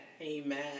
Amen